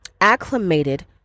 acclimated